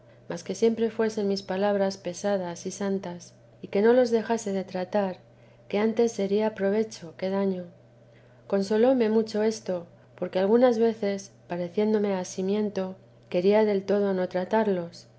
mas que siempre fuesen mis palabras pesadas y santas y que no los dejase de tratar que antes sería provecho que daño consolóme mucho esto porque algunas veces pareciéndome asimiento quería del todo no tratarlos